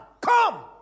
come